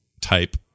type